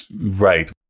right